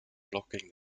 blocking